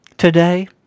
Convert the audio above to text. Today